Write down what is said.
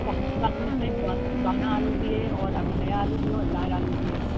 باقی اِس ٹائم پرانا آلو بھی ہے اور ابھی نیا آلو بھی ہے اور لال آلو بھی ہے